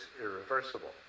irreversible